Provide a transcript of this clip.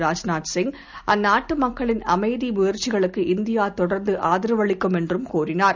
Rajnath Singh அந்நாட்டுமக்களின்அமைதிமுயற்சிகளுக்குஇந்தியாதொடர்ந்துஆதரவுஅளிக்கும்எ ன்றுதெரிவித்தார்